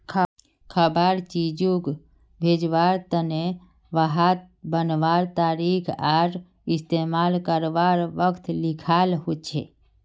खवार चीजोग भेज्वार तने वहात बनवार तारीख आर इस्तेमाल कारवार वक़्त लिखाल होचे